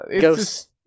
ghost